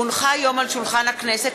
כי הונחה היום על שולחן הכנסת,